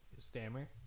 Stammer